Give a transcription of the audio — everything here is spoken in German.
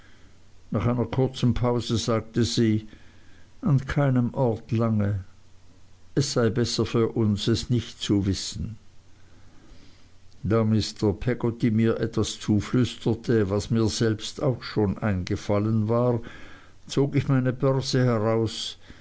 nach einer kurzen pause sagte sie an keinem orte lange es sei besser für uns es nicht zu wissen da mr peggotty mir etwas zuflüsterte was mir selbst auch schon eingefallen war zog ich meine börse heraus